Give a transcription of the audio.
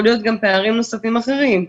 יכולים להיות פערים נוספים אחרים,